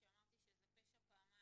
כשאמרתי שזה פשע פעמיים,